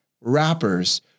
rappers